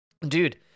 Dude